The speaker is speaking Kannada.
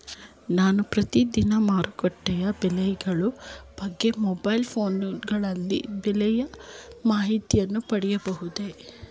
ನಾನು ಪ್ರತಿದಿನ ಮಾರುಕಟ್ಟೆಯ ಬೆಲೆಗಳ ಬಗ್ಗೆ ಮೊಬೈಲ್ ಫೋನ್ ಗಳಲ್ಲಿ ಬೆಲೆಯ ಮಾಹಿತಿಯನ್ನು ಪಡೆಯಬಹುದೇ?